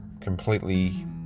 completely